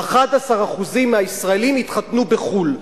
11% מהישראלים התחתנו בחו"ל.